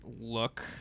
look